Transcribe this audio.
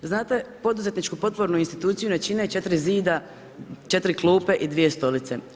Znate, poduzetničku potpornu instituciju ne čine 4 zida, 4 klupe i 2 stolice.